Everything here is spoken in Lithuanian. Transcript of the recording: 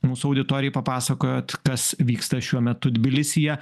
mūsų auditorijai papasakojot kas vyksta šiuo metu tbilisyje